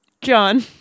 John